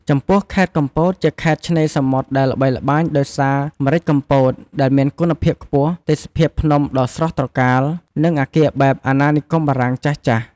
ចំពោះខេត្តកំពត ជាខេត្តឆ្នេរសមុទ្រដែលល្បីល្បាញដោយសារម្រេចកំពតដែលមានគុណភាពខ្ពស់ ទេសភាពភ្នំដ៏ស្រស់ត្រកាល និងអគារបែបអាណានិគមបារាំងចាស់ៗ។